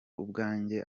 ubwanjye